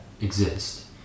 exist